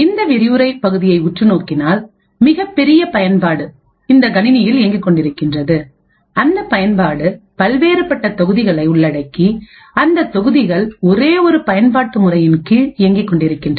இந்த விரிவுரைபகுதியைஉற்று நோக்கினால் மிகப்பெரிய பயன்பாடுஇந்த கணினியில் இயங்கிக் கொண்டிருக்கின்றது அந்த பயன்பாடு பல்வேறுபட்ட தொகுதிகளை உள்ளடக்கி அந்த தொகுதிகள் ஒரே ஒரு பயன்பாட்டு முறையின் கீழ் இயங்கிக் கொண்டிருக்கின்றது